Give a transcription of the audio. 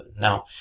Now